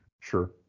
Sure